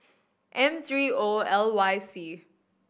M three O L Y C